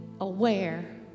aware